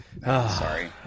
Sorry